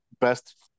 best